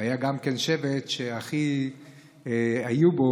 ושהיה גם השבט שהיו בו